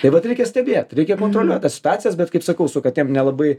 tai vat reikia stebėt reikia kontroliuot tas situacijas bet kaip sakau su katėm nelabai